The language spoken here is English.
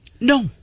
No